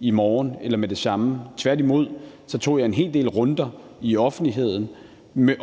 i morgen eller med det samme. Tværtimod tog jeg en hel del runder i offentligheden med